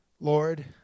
Lord